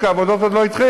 כי העבודות עוד לא התחילו.